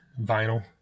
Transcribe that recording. vinyl